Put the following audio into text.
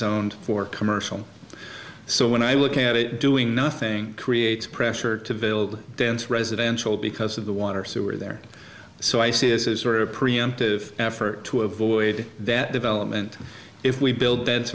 zoned for commercial so when i look at it doing nothing creates pressure to build dense residential because of the water sewer there so i see this is sort of a preemptive effort to avoid that development if we build